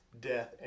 death